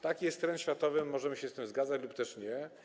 Taki jest trend światowy, możemy się z tym zgadzać lub też nie.